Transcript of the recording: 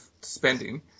spending